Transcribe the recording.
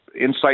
insight